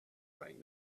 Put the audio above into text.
right